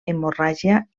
hemorràgia